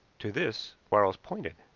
to this quarles pointed.